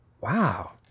Wow